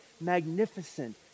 magnificent